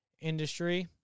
industry